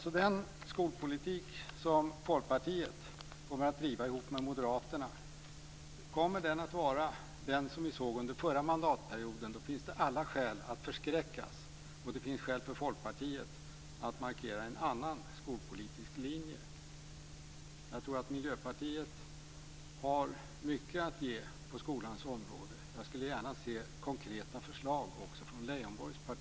Om den skolpolitik som Folkpartiet kommer att driva ihop med moderaterna kommer att vara den som vi såg under förra mandatperioden, då finns det alla skäl för att förskräckas och det finns skäl för Folkpartiet att markera en annan skolpolitisk linje. Jag tror att Miljöpartiet har mycket att ge på skolans område. Jag skulle gärna vilja se konkreta förslag också från Lars